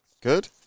Good